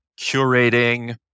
curating